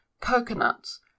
coconuts